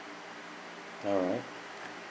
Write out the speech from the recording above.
ah